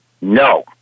No